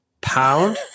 pound